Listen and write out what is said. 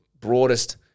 broadest